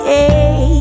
Hey